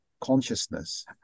consciousness